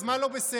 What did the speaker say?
אז מה לא בסדר?